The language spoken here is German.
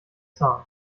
zahn